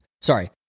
sorry